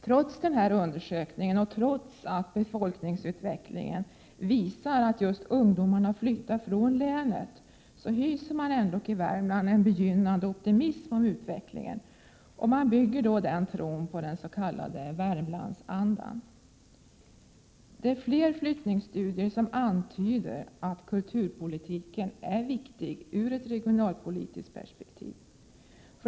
Trots denna undersökning och trots en befolkningsutveckling, som visar att just ungdomarna flyttar från länet hyser man dock i Värmland en begynnande optimism om utvecklingen och man bygger då på den s.k. Värmlandsandan. Fler flyttningsstudier antyder att kulturpolitiken är viktig ur ett regionalpolitiskt perspektiv.